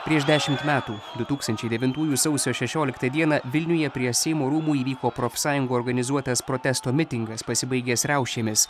prieš dešimt metų du tūkstančiai devintųjų sausio šešioliktą dieną vilniuje prie seimo rūmų įvyko profsąjungų organizuotas protesto mitingas pasibaigęs riaušėmis